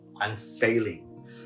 unfailing